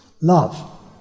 Love